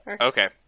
Okay